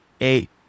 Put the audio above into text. eight